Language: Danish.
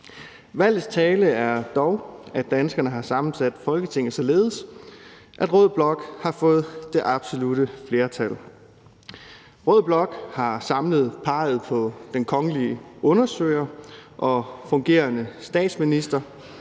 Valgets tale er dog, at danskerne har sammensat Folketinget således, at rød blok har fået det absolutte flertal. Rød blok har samlet peget på den kongelige undersøger og fungerende statsminister,